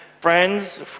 friends